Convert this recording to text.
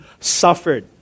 suffered